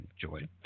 enjoy